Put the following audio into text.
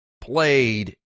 played